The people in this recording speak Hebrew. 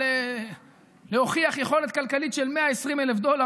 והוא נדרש להוכיח יכולת כלכלית של 120,000 דולר.